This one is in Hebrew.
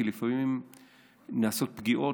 כי לפעמים נעשות פגיעות,